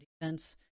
defense